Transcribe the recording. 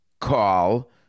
call